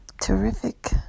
terrific